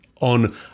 on